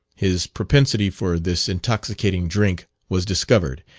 his propensity for this intoxicating drink was discovered,